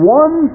one